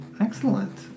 Excellent